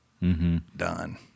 done